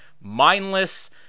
mindless